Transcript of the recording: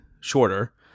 shorter